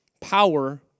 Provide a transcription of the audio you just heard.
Power